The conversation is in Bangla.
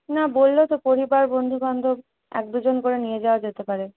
না বললো তো পরিবার বন্ধুবান্ধব এক দুজন করে নিয়ে যাওয়া যেতে পারে